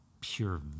pure